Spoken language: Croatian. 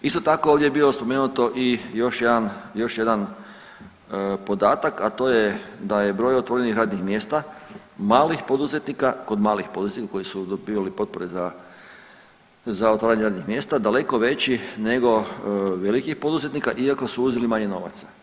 Isto tako ovdje je bio spomenuto i još jedan, još jedan podatak, a to je da je broj otvorenih radnih mjesta malih poduzetnika, kod malih poduzetnika koji su dobivali potpore za, za otvaranje radnih mjesta daleko veći nego velikih poduzetnika iako su uzeli manje novaca.